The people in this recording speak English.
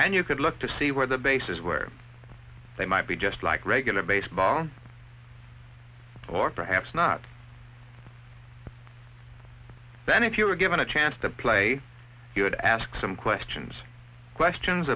and you could look to see where the bases where they might be just like regular baseball or perhaps not then if you were given a chance to play you would ask some questions questions